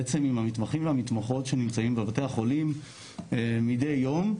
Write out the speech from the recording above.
בעצם עם המתמחים והמתמחות שנמצאים בבתי החולים מדי יום.